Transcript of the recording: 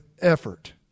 effort